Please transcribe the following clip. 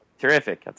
terrific